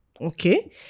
Okay